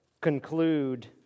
conclude